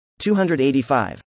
285